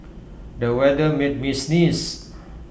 the weather made me sneeze